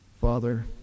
Father